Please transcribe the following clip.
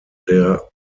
der